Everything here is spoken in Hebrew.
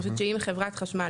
פשוט שאם חברת חשמל,